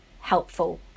helpful